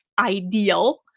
ideal